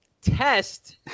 Test